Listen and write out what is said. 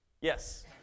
Yes